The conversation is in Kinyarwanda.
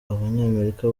abanyamerika